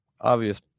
obvious